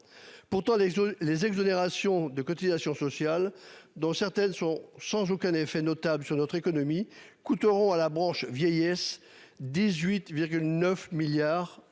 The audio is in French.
Pourtant les les exonérations de cotisations sociales dont certaines sont sans aucun effet notable sur notre économie coûteront à la branche vieillesse 18,9 milliards en